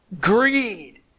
Greed